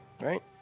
Right